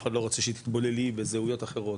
אף אחד לא רוצה שתתבוללי בזהויות אחרות,